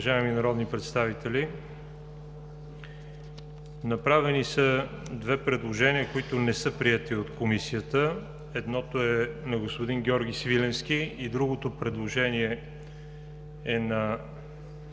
Уважаеми народни представители, направени са две предложения, които не са приети от Комисията. Едното е на господин Георги Свиленски, а другото предложение е на